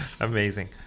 amazing